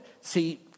see